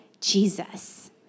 Jesus